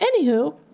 Anywho